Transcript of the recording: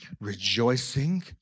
rejoicing